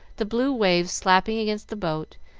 the blue waves slapping against the boat,